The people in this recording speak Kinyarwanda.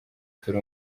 turi